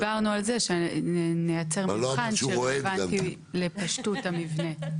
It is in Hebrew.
ודיברנו על זה שנייצר מבחן שרלוונטי לפשטות המבנה.